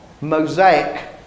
mosaic